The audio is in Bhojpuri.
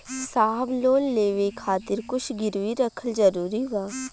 साहब लोन लेवे खातिर कुछ गिरवी रखल जरूरी बा?